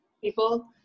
people